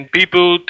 people